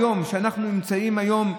היום, כשאנחנו נמצאים היום,